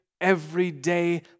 everyday